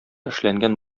эшләнгән